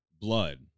blood